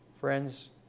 Friends